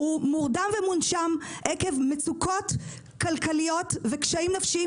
הוא מורדם ומונשם עקב מצוקות כלכליות וקשיים נפשיים